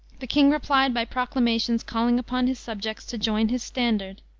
the king replied by proclamations calling upon his subjects to join his standard.